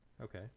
Okay